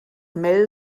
mel